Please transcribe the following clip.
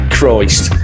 Christ